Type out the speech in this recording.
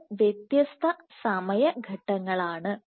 ഇത് വ്യത്യസ്ത സമയ ഘട്ടങ്ങളാണ്